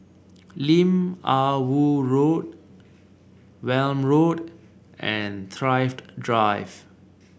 Lim Ah Woo Road Welm Road and Thrift Drive